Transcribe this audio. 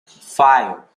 five